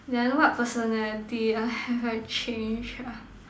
then what personality have I change uh